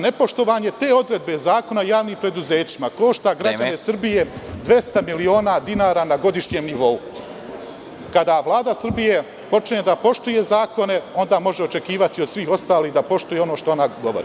Nepoštovanje te odredbe Zakona o javnim preduzećima košta građane Srbije 200 miliona dinara na godišnjem nivou. (Predsednik: Vreme.) Kada Vlada Srbije počne da poštuje zakone onda može očekivati od svih ostalih da poštuju ono što ona govori.